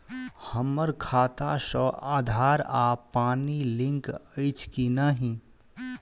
हम्मर खाता सऽ आधार आ पानि लिंक अछि की नहि?